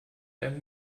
einem